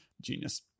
genius